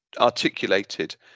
articulated